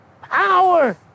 power